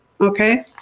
Okay